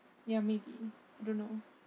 ya maybe I don't know